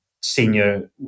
senior